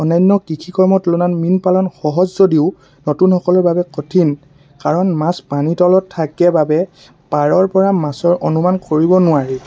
অনান্য কৃষিকৰ্মৰ তুলনাত মীন পালন সহজ যদিও নতুনসকলৰ বাবে কঠিন কাৰণ মাছ পানীৰ তলত থাকে বাবে পাৰৰপৰা মাছৰ অনুমান কৰিব নোৱাৰি